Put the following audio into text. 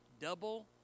double